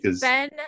Ben